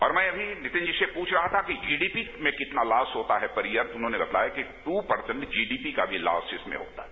और मैं अभी नितिन जी से पूछ रहा था कि जीडीपी में कितना लॉस होता है पर ईयर उन्होंने बताया कि दू पर्सैट जीडीपी का भी लॉस इसमें होता है